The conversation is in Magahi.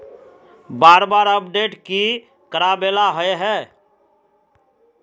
बार बार अपडेट की कराबेला होय है?